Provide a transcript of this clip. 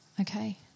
Okay